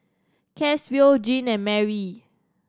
Caswell Gene and Marry